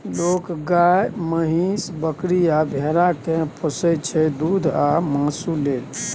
लोक गाए, महीष, बकरी आ भेड़ा केँ पोसय छै दुध आ मासु लेल